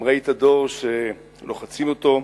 אם ראית דור שלוחצים אותו,